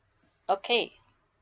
okay